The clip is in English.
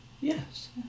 Yes